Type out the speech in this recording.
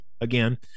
again